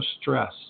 stress